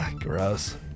Gross